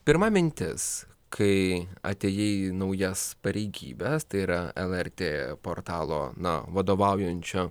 pirma mintis kai atėjai į naujas pareigybes tai yra lrt portalo na vadovaujančiu